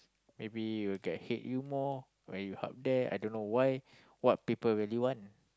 maybe you'll get hate you more when you're up there I don't know why what people really want